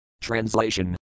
Translation